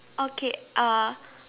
okay uh